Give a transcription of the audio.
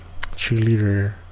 cheerleader